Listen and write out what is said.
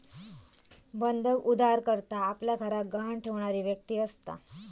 बंधक उधारकर्ता आपल्या घराक गहाण ठेवणारी व्यक्ती असता